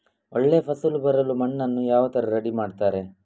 ಒಳ್ಳೆ ಫಸಲು ಬರಲು ಮಣ್ಣನ್ನು ಯಾವ ತರ ರೆಡಿ ಮಾಡ್ತಾರೆ?